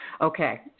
okay